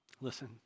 Listen